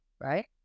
right